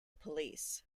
police